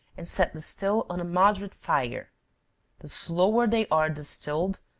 and set the still on a moderate fire the slower they are distilled,